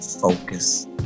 focus